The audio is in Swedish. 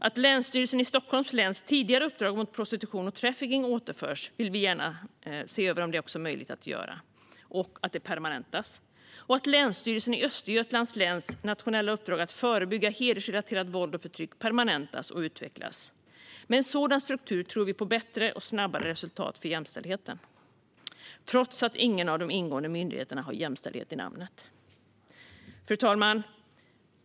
Vi vill också gärna se om det är möjligt att återföra och permanenta Länsstyrelsen i Stockholms läns tidigare uppdrag mot prostitution och trafficking och att permanenta och utveckla Länsstyrelsen i Östergötlands läns nationella uppdrag att förebygga hedersrelaterat våld och förtryck. Med en sådan struktur tror vi på bättre och snabbare resultat för jämställdheten, trots att ingen av de ingående myndigheterna har jämställdhet i namnet. Fru talman!